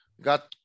got